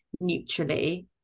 neutrally